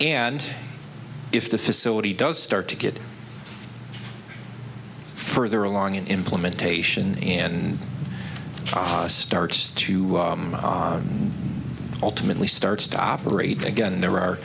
and if the facility does start to get further along in implementation in starts to ultimately starts to operate again and there are